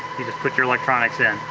you just put your electronics in.